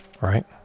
right